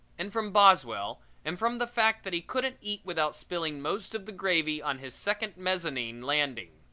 and from boswell, and from the fact that he couldn't eat without spilling most of the gravy on his second mezzanine landing.